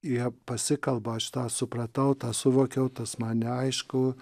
jie pasikalba šitą supratau tą suvokiau tas man neaišku